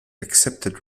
accepted